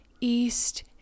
east